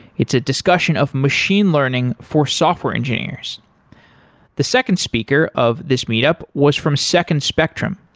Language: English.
it's a discussion of machine learning for software engineers the second speaker of this meetup was from second spectrum.